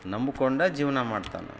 ನಂಬ್ಕೊಂಡೇ ಜೀವನ ಮಾಡ್ತಾನೆ